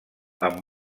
amb